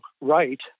right